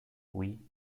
oui